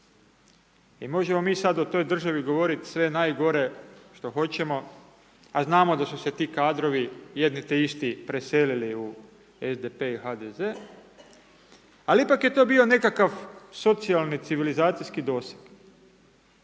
I možemo mi sada o toj državi govoriti sve najgore što hoćemo, a znamo da su se ti kadrovi, jedni te isti, preselili u SDP i HDZ, ali ipak je to bio nekakav socijalni civilizacijski doseg.